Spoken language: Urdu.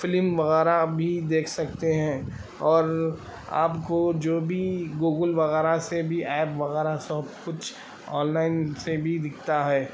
فلم وغیرہ بھی دیکھ سکتے ہیں اور آپ کو جو بھی گوگل وغیرہ سے بھی ایپ وغیرہ سب کچھ آن لائن سے بھی دکھتا ہے